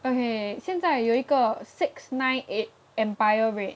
okay 现在有一个 six nine eight empire red